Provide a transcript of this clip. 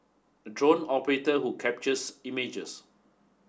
a drone operator who captures images